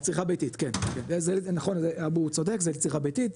לצריכה ביתית, נכון אבו צודק זה לצריכה ביתית,